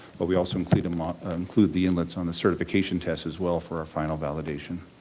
but we also include um ah ah include the inlets on the certification test as well for our final validation.